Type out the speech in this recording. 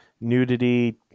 nudity